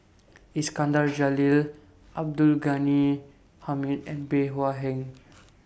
Iskandar Jalil Abdul Ghani Hamid and Bey Hua Heng